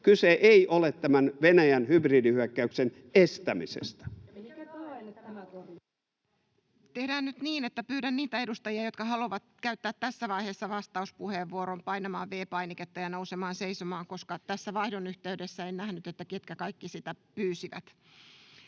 Kyse ei ole Venäjän hybridihyökkäyksen estämisestä. Tehdään nyt niin, että pyydän niitä edustajia, jotka haluavat käyttää tässä vaiheessa vastauspuheenvuoron, painamaan V-painiketta ja nousemaan seisomaan, koska tässä vaihdon yhteydessä en nähnyt, ketkä kaikki sitä pyysivät.